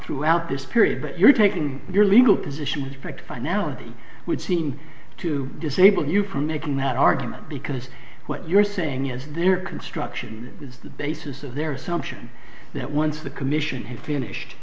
throughout this period but you're taking your legal position is correct finality would seem to disable you from making that argument because what you're saying is their construction is the basis of their assumption that once the commission had finished